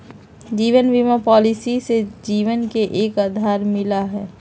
जीवन बीमा पॉलिसी से जीवन के एक आधार मिला हई